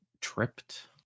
tripped